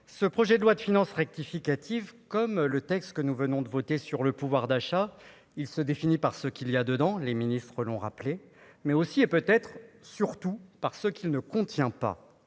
ce projet de loi de finances rectificative comme le texte que nous venons de voter sur le pouvoir d'achat, il se définit par ce qu'il y a dedans les ministres l'ont rappelé, mais aussi et peut être surtout par ce qui ne contient pas